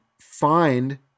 find